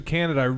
Canada